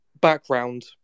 background